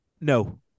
No